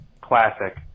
Classic